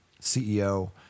CEO